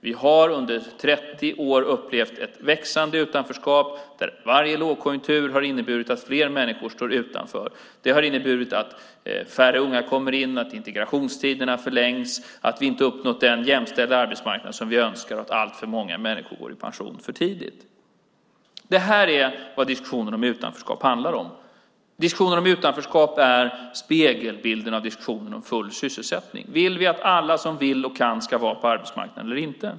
Vi har under 30 år upplevt ett växande utanförskap, där varje lågkonjunktur har inneburit att fler människor står utanför. Det har inneburit att färre unga kommer in på arbetsmarknaden, att integrationstiderna förlängs, att vi inte har uppnått den jämställda arbetsmarknad som vi önskar och att alltför många människor går i pension för tidigt. Det här är vad diskussionen om utanförskap handlar om. Diskussionen om utanförskap är spegelbilden av diskussionen om full sysselsättning. Vill vi att alla som vill och kan ska vara på arbetsmarknaden, eller inte?